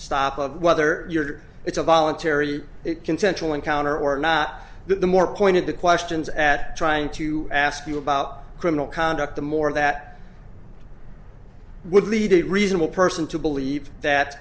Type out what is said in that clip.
stop of whether it's a voluntary consensual encounter or not the more pointed the questions at trying to ask you about criminal conduct the more that would lead a reasonable person to believe that